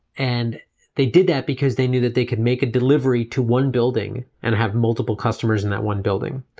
and they did that because they knew that they could make a delivery to one building and have multiple customers in that one building.